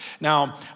Now